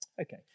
Okay